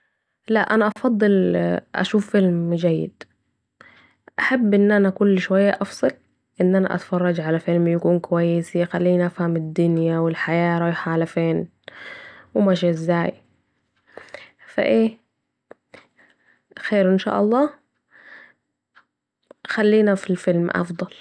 لأ افضل مشاهدت فيلم جيد ، أحب أن أننا كل شويه أفصل أننا أتفرج على فيلم يكون كويس يخليني افهم الدنيا و الحياه رايحه فين وماشيه ازاي ، فا ايه ؟ خير أن شاء الل خلينا في الفيلم افضل